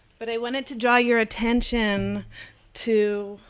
but i wanted to draw your attention to.